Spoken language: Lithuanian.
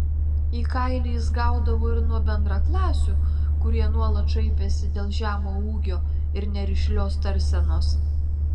į kailį jis gaudavo ir nuo bendraklasių kurie nuolat šaipėsi dėl žemo ūgio ir nerišlios tarsenos